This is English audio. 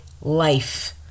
life